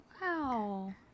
wow